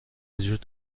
وجود